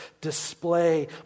display